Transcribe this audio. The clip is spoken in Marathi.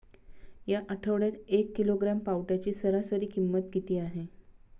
या आठवड्यात एक किलोग्रॅम पावट्याची सरासरी किंमत किती आहे?